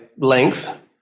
length